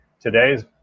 today's